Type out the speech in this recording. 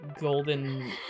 golden